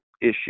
issue